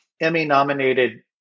Emmy-nominated